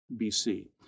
BC